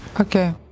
Okay